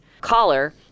collar